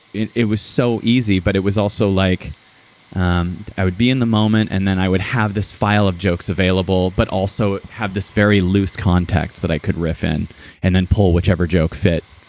it it was so easy, but it was also like um i would be in the moment, and then i would have this file of jokes available, but also have this very loose context that i could riff in and then pull whichever joke fit,